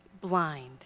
blind